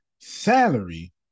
salary